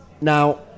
now